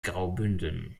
graubünden